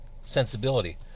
Sensibility